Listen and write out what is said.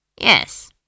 Yes